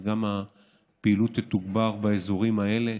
אז גם הפעילות תתוגבר באזורים האלה.